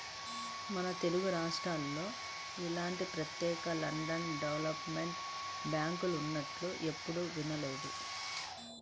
మన తెలుగురాష్ట్రాల్లో ఇలాంటి ప్రత్యేక ల్యాండ్ డెవలప్మెంట్ బ్యాంకులున్నట్లు ఎప్పుడూ వినలేదు